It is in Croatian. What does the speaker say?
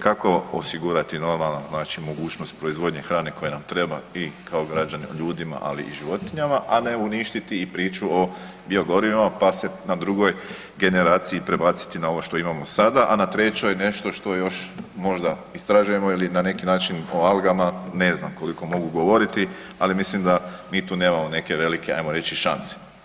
kako osigurati normalan, znači mogućnost proizvodnje hrane koja nam treba i kao građanima, ljudima ali i životinja a ne uništiti i priču o biogorivima pa se na drugoj generaciji prebaciti na ovo što imamo sada na trećoj nešto što još možda istražujemo ili na neki način o algama ne znam koliko mogu govoriti, ali mislim da mi tu nemamo neke velike ajmo reći, šanse.